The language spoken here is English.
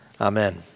Amen